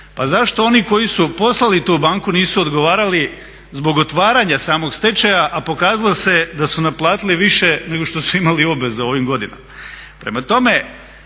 pa zašto oni koji su poslali tu banku nisu odgovarali zbog otvaranja samog stečaja, a pokazalo se da su naplatili više nego što su imali obveza u ovim godinama?